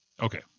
Okay